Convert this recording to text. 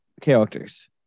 characters